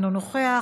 אינו נוכח,